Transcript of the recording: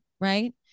Right